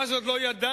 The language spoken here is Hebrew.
ואז עוד לא ידענו,